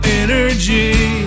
energy